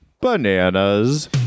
Bananas